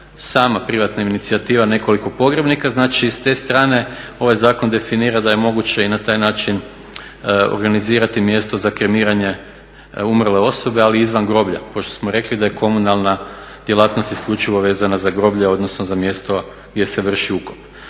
sama privatna inicijativa nekoliko pogrebnika. Znači i s te strane ovaj zakon definira da je moguće i na taj način organizirati mjesto za kremiranje umrle osobe ali izvan groblja pošto smo rekli da je komunalna djelatnost isključivo vezana za groblje odnosno za mjesto gdje se vrši ukop.